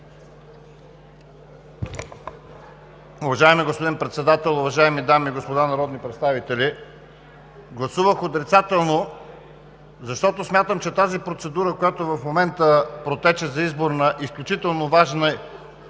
Уважаеми господин Председател, уважаеми дами и господа народни представители! Гласувах отрицателно, защото смятам, че тази процедура, която в момента протече за избор на изключително важни